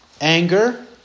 anger